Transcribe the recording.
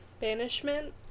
banishment